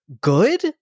good